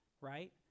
right